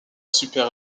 super